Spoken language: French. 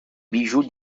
bijoux